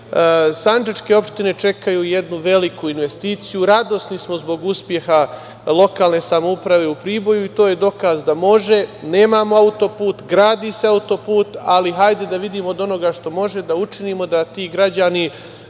sandžačke opštine čekaju jednu veliku investiciju. Radosni smo zbog uspeha lokalne samouprave u Priboju i to je dokaz da može, nemamo autoput, gradi se autoput, ali hajde da vidimo od onoga što može da učinimo da ti građani